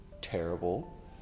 terrible